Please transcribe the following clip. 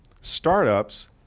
startups